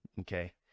Okay